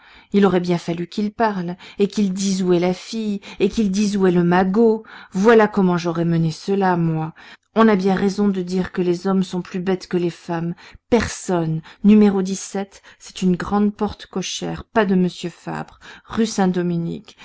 il aurait bien fallu qu'il parle et qu'il dise où est la fille et qu'il dise où est le magot voilà comment j'aurais mené cela moi on a bien raison de dire que les hommes sont plus bêtes que les femmes personne numéro dix-sept c'est une grande porte cochère pas de monsieur fabre rue saint-dominique